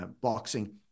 boxing